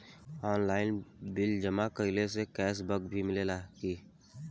Online bill जमा कईला से कैश बक भी मिलेला की?